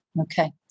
Okay